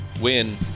win